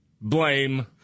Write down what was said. blame